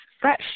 fresh